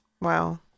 Wow